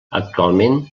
actualment